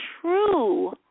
true